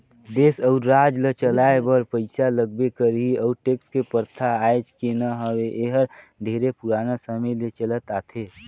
देस अउ राज ल चलाए बर पइसा लगबे करही अउ टेक्स के परथा आयज के न हवे एहर ढेरे पुराना समे ले चलत आथे